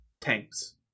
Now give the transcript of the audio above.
tanks